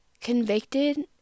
convicted